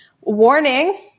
warning